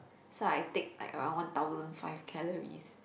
so I take like around one thousand five calories